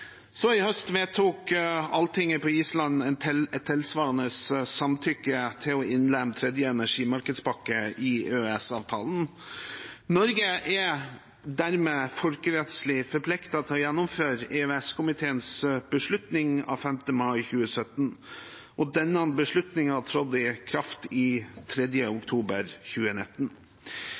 I høst vedtok Alltinget på Island et tilsvarende samtykke til å innlemme tredje energimarkedspakke i EØS-avtalen. Norge er dermed folkerettslig forpliktet til å gjennomføre EØS-komiteens beslutning av 5. mai 2017, og denne beslutningen trådte i kraft 3. oktober 2019.